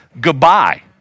goodbye